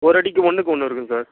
ஒரடிக்கு ஒன்றுக்கு ஒன்று இருக்கும் சார்